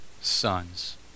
sons